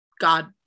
God